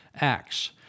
acts